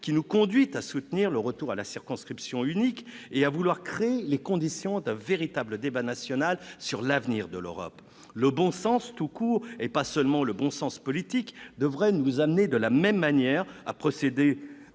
qui nous conduit à soutenir le retour à la circonscription unique et à vouloir créer les conditions d'un véritable débat national sur l'avenir de l'Europe. Le bon sens tout court- et pas seulement le bon sens politique -devrait nous amener de la même manière à procéder,